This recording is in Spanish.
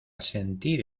sentir